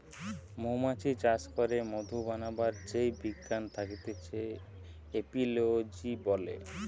মৌমাছি চাষ করে মধু বানাবার যেই বিজ্ঞান থাকতিছে এপিওলোজি বলে